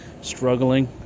struggling